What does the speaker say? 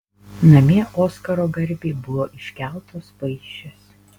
namie oskaro garbei buvo iškeltos vaišės